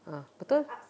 ah betul